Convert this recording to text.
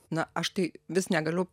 na aš tai vis negaliu